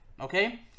okay